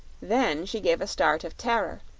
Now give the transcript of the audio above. then she gave a start of terror,